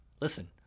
listen